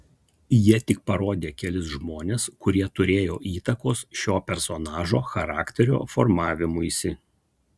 jie tik parodė kelis žmones kurie turėjo įtakos šio personažo charakterio formavimuisi